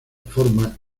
forma